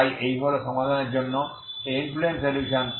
তাই এই হল সমাধানের জন্য এই ইনফ্লুএন্স সলিউশন